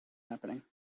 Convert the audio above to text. happening